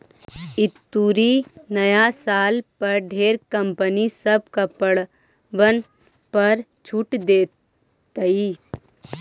ई तुरी नया साल पर ढेर कंपनी सब कपड़बन पर छूट देतई